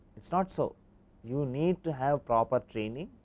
it is not so you need to have property training,